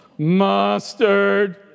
Mustard